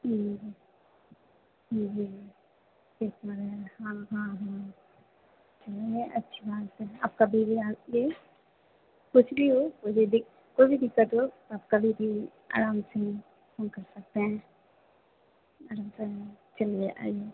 हूँ हूँ हूँ हूँ हूँ हूँ है हाँ हाँ हाँ चलिए अच्छी बात है आप कभी भी आइये कुछ भी हो कोई भी दिक कोई भी दिक्कत हो आप कभी भी आराम से फोन कर सकते हैं आराम से आएँ चलिए आइए